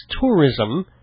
tourism